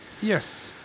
yes